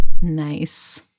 Nice